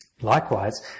Likewise